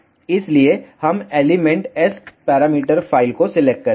इसलिए हम element S parameter file को सिलेक्ट करेंगे